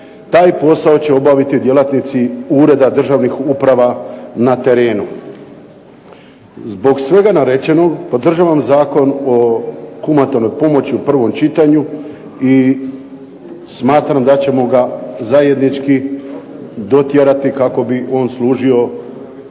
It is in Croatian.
taj posao će obavljati djelatnici ureda državnih uprava na terenu. Zbog svega narečenog, podržavam Zakon o humanitarnoj pomoći u prvom čitanju i smatram da ćemo ga zajednički dotjerati kako bi on služio svrsi